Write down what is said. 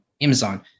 Amazon